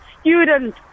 student